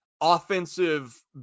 offensive